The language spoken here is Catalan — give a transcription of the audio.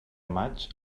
maig